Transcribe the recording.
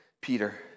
Peter